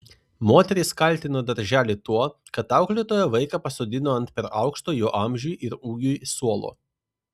moteris kaltina darželį tuo kad auklėtoja vaiką pasodino ant per aukšto jo amžiui ir ūgiui suolo